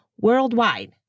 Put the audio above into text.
worldwide